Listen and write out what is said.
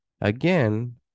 again